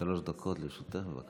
לרשותך, בבקשה.